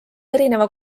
erineva